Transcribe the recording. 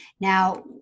Now